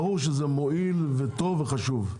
ברור שזה מועיל, וטוב, וחשוב.